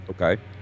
Okay